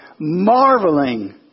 marveling